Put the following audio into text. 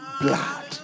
blood